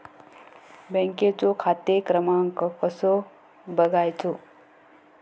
बँकेचो खाते क्रमांक कसो बगायचो?